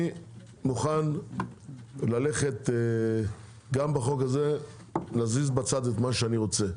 אני מוכן גם בחוק הזה לשים בצד את מה שאני רוצה,